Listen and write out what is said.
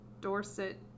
Dorset